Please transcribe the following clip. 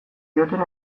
dioten